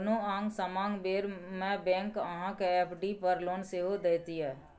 कोनो आंग समांग बेर मे बैंक अहाँ केँ एफ.डी पर लोन सेहो दैत यै